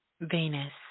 Venus